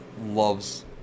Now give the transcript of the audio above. loves